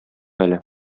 әле